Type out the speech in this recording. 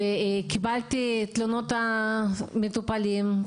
קיבלתי תלונות מטופלים,